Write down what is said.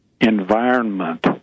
environment